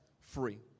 free